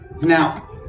Now